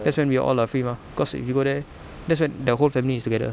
that's when we are all are free mah cause if we go there that's when the whole family is together